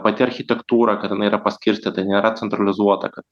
pati architektūra kada jinai yra paskirstyta nėra centralizuota kad